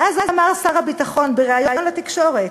ואז אמר שר הביטחון בריאיון לתקשורת: